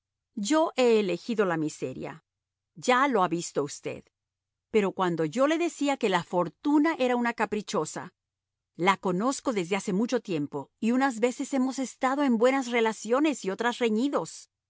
yo he elegido la miseria ya lo ha visto usted pero cuando yo le decía que la fortuna era una caprichosa la conozco desde hace mucho tiempo y unas veces hemos estado en buenas relaciones y otras reñidos